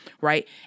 right